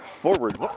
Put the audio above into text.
forward